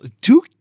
two